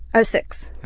i was six.